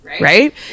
right